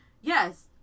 yes